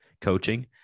coaching